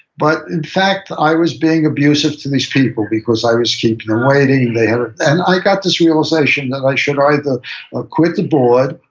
but, in fact, i was being abusive to these people, because i was keeping them waiting, and i got this realization that i should either ah quit the board,